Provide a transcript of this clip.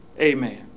amen